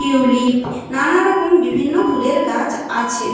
tulip নানারকম বিভিন্ন ফুলের গাছ আছে